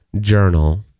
journal